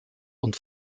und